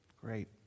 Great